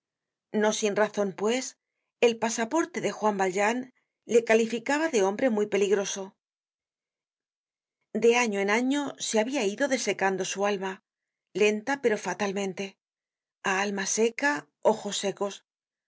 no sin razon pues el pasaporte de juan valjean le calificaba de hombre muy peligroso content from google book search generated at de ano en año se habia ido desecando su alma lenta pero fatalmente a alma seca ojos secos